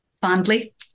Fondly